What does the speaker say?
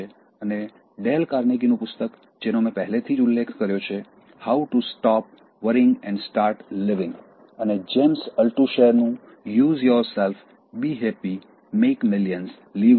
અને ડેલ કાર્નેગીનું પુસ્તક જેનો મેં પહેલેથી જ ઉલ્લેખ કર્યો છેહાઉ to stop worrying and start living અને જેમ્સ અલ્ટુશેરનું choose yourself be happy make millions live the dream